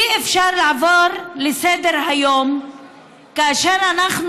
אי-אפשר לעבור לסדר-היום כאשר אנחנו